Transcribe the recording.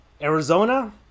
Arizona